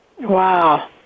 Wow